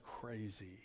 crazy